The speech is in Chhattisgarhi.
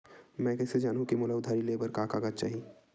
मैं कइसे जानहुँ कि मोला उधारी ले बर का का कागज चाही?